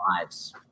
lives